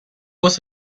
was